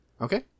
Okay